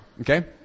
okay